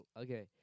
okay